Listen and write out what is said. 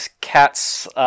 cats